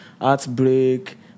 Heartbreak